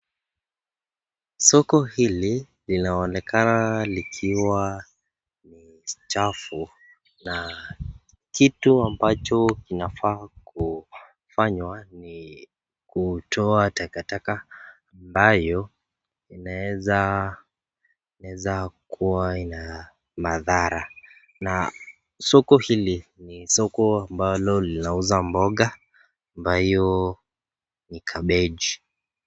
Soko hili linaonekana likiwa ni chafu na kitu ambacho kinafaa kufanywa ni kutoa takataka ambayo inaweza, inaweza kuwa ina madhara na soko hili ni soko ambalo linauza mboga ambayo ni kabeji.